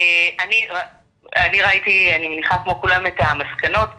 אני ראיתי, אני מניחה כמו כולם, את המסקנות.